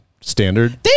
standard